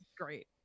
great